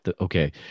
Okay